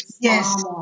yes